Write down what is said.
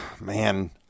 man